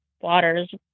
waters